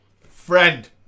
Friend